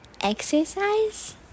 exercise